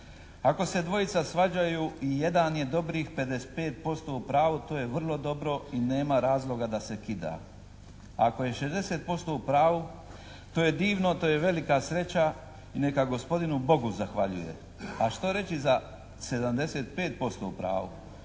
"Ako se dvojica svađaju i jedan je dobrih 55% u pravu to je vrlo dobro i nema razloga da se kida. Ako je 60% u pravu to je divno, to je velika sreća i neka gospodinu Bogu zahvaljuje. A što reći za 75% u pravu.